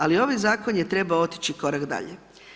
Ali ovaj zakon je trebao otići korak dalje.